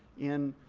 in